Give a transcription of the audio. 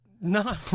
No